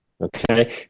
okay